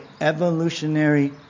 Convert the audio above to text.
evolutionary